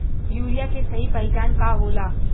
Urea के सही पहचान का होला?